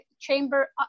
chamber